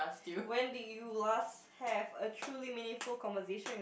when did you last have a truly meaningful conversation with